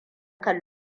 kan